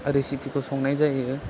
रिसिफिखौ संनाय जायो